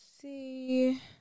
see